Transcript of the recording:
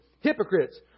hypocrites